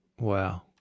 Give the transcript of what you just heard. Wow